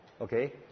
Okay